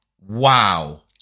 Wow